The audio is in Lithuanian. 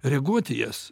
reaguot į jas